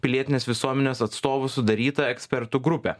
pilietinės visuomenės atstovų sudaryta ekspertų grupė